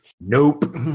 Nope